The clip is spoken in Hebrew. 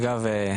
אגב,